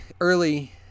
early